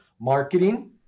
marketing